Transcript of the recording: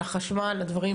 על החשמל וכו'.